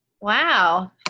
wow